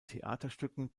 theaterstücken